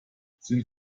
sind